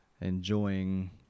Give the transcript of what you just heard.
enjoying